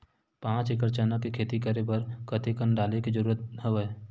पांच एकड़ चना के खेती बर कते कन डाले के जरूरत हवय?